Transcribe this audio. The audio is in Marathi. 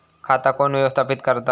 खाता कोण व्यवस्थापित करता?